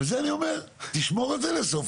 ואולם מצא מפקד המחוז כי מתקיימות נסיבות